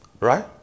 Right